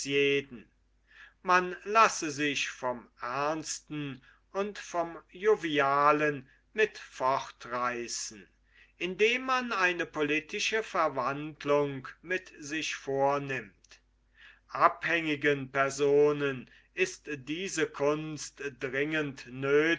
jeden man lasse sich vom ernsten und vom jovialen mit fortreißen indem man eine politische verwandlung mit sich vornimmt abhängigen personen ist diese kunst dringend nöthig